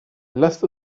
lasst